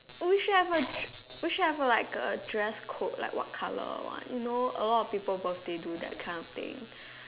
oh we should have a we should have a like a dress code like what colour one you know a lot of people birthday do that kind of thing